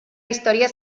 història